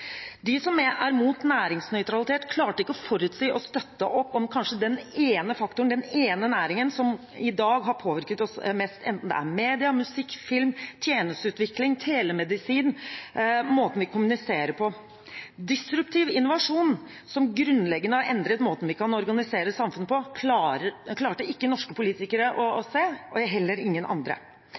De som er mot næringsnøytralitet, klarte ikke å forutsi og støtte opp om kanskje den ene faktoren, den ene næringen som i dag har påvirket oss mest – enten det er medier, musikk, film, tjenesteutvikling eller telemedisin og måten vi kommuniserer på. Disruptiv innovasjon, som grunnleggende har endret måten vi kan organisere samfunnet på, klarte ikke norske politikere å se, og heller ingen andre.